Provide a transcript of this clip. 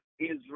Israel